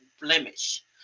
blemish